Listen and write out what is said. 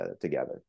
together